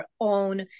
own